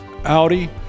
Audi